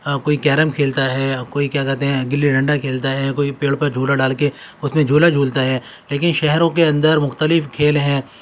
کوئی کیرم کھیلتا ہے اور کوئی کیا کہتے ہیں گلّی ڈنڈا کھیلتا ہے کوئی پیڑ پہ جھولا ڈال کے اس میں جھولا جھولتا ہے لیکن شہروں کے اندر مختلف کھیل ہیں